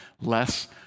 less